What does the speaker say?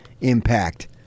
impact